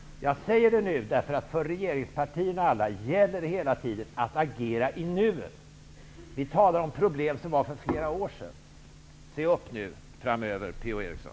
Jag säger det nu, därför att för regeringspartierna gäller det hela tiden att agera i nuet. Vi talar om problem som uppstod för flera år sedan. Se upp nu framöver, Per-Ola Eriksson!